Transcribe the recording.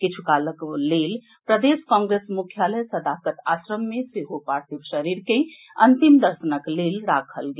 किछु कालक लेल प्रदेश कांग्रेस मुख्यालय सदाकत आश्रम मे सेहो पार्थिव शरीर के अंतिम दर्शनक लेल राखल गेल